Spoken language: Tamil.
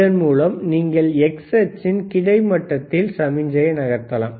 இதன் மூலம் நீங்கள் x அச்சின் கிடைமட்டத்தில் சமிக்ஞையை நகர்த்தலாம்